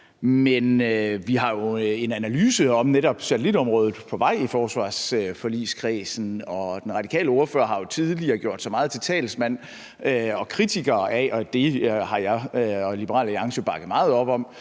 Men vi har jo en analyse af netop satellitområdet på vej i forsvarsforligskredsen, og den radikale ordfører har jo tidligere gjort sig meget til talsmand for kritik af – og det har jeg og Liberal Alliance jo bakket meget op om